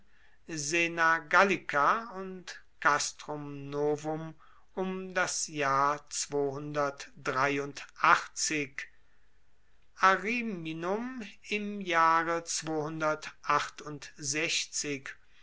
sena gallica und castrum novum um das jahr ariminum im jahre